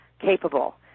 capable